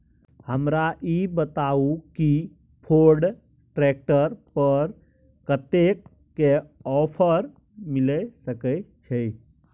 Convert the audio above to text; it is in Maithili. हमरा ई बताउ कि फोर्ड ट्रैक्टर पर कतेक के ऑफर मिलय सके छै?